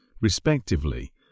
respectively